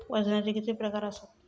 वजनाचे किती प्रकार आसत?